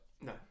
No